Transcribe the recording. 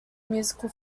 musical